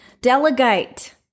Delegate